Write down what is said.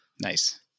Nice